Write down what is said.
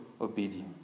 obedience